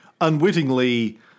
unwittingly